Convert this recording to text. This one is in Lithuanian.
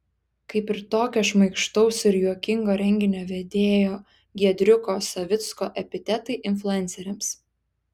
kaip ir tokio šmaikštaus ir juokingo renginio vedėjo giedriuko savicko epitetai influenceriams